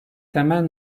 temel